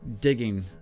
digging